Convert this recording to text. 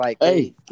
Hey